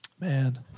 Man